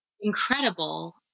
incredible